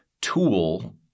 tool